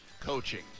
coaching